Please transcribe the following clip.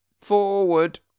Forward